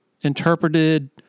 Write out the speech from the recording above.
interpreted